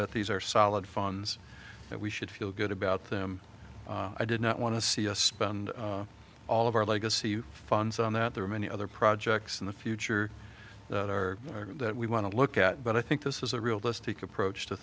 that these are solid funds that we should feel good about them i did not want to see a spend all of our legacy funds on that there are many other projects in the future that are that we want to look at but i think this is a realistic approach to